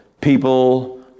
people